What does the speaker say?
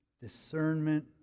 discernment